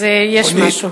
אז יש משהו.